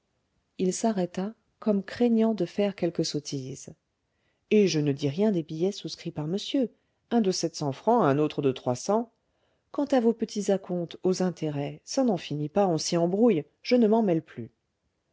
il s'arrêta comme craignant de faire quelque sottise et je ne dis rien des billets souscrits par monsieur un de sept cents francs un autre de trois cents quant à vos petits acomptes aux intérêts ça n'en finit pas on s'y embrouille je ne m'en mêle plus